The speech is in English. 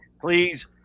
Please